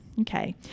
Okay